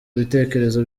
bitekerezo